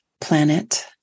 planet